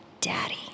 Daddy